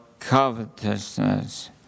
covetousness